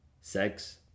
sex